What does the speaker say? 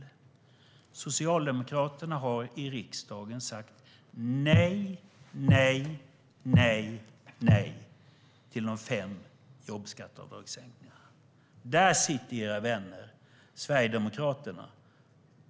Socialdemokraterna har i riksdagen sagt nej, nej, nej, nej och nej till de fem jobbskatteavdragen. Där sitter era vänner: Sverigedemokraterna.